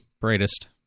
brightest